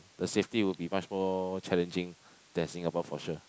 the safety will be much more challenging than Singapore for sure